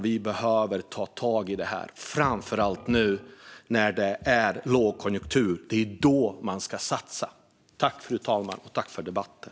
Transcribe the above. Vi behöver ta tag i det här, framför allt nu när det är lågkonjunktur. Det är då man ska satsa. Tack för debatten!